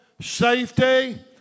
safety